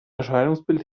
erscheinungsbild